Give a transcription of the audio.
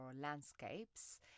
landscapes